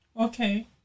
Okay